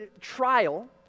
trial